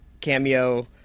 cameo